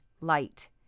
light